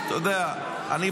אתה יודע,